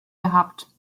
gehabt